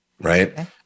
right